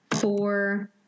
four